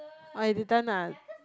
oh you didn't ah